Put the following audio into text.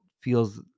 feels